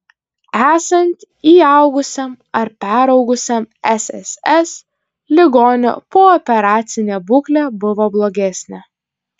esant įaugusiam ar peraugusiam sss ligonio pooperacinė būklė buvo blogesnė